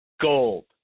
gold